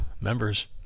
members